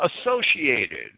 associated